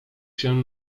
się